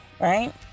right